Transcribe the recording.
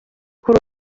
kuri